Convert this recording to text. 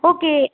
okay